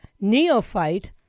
neophyte